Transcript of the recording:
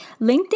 LinkedIn